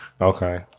Okay